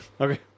Okay